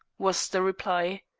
was the reply.